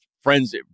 friends